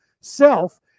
self